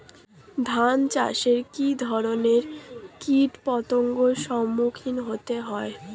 ধান চাষে কী ধরনের কীট পতঙ্গের সম্মুখীন হতে হয়?